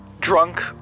drunk